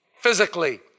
physically